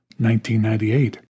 1998